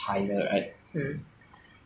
I think it's like the animal they